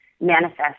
manifest